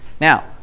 Now